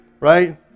right